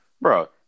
bro